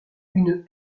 une